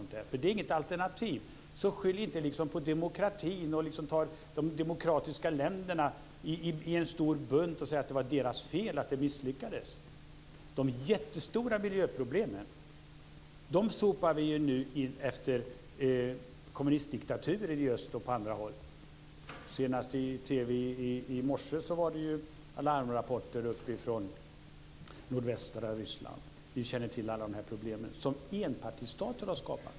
Det är inget alternativ. Skyll inte på demokratin, ta inte de demokratiska länderna i en stor bunt och säg att det är deras fel att det misslyckades. De jättestora miljöproblemen sopar vi nu upp efter kommunistdiktaturer i öst och på andra håll. Senast i TV i morse var det alarmrapporter från nordvästra Ryssland. Vi känner till alla de problem som enpartistater har skapat.